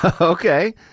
okay